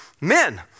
men